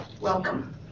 Welcome